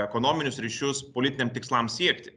ekonominius ryšius politiniam tikslams siekti